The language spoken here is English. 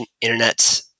internet